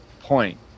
point